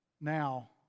now